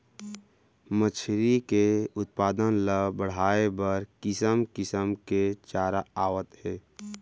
मछरी के उत्पादन ल बड़हाए बर किसम किसम के चारा आवत हे